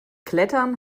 klettern